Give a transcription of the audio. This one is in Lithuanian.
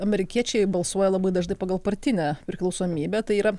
amerikiečiai balsuoja labai dažnai pagal partinę priklausomybę tai yra